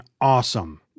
awesome